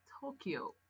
Tokyo